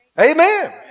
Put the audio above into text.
Amen